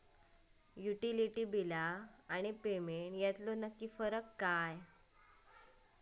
Utility बिला आणि payment यातलो नक्की फरक काय हा?